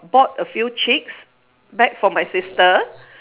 bought a few chicks back for my sister